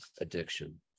addiction